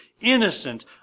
innocent